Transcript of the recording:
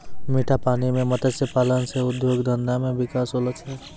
मीठा पानी मे मत्स्य पालन से उद्योग धंधा मे बिकास होलो छै